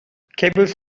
cables